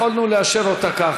יכולנו לאשר אותה כך,